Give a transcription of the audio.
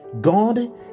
God